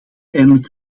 eindelijk